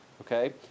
Okay